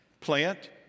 Plant